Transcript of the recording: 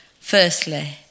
Firstly